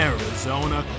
Arizona